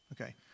Okay